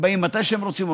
הם באים מתי שהם רוצים,